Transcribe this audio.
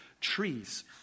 trees